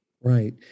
Right